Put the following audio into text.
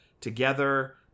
Together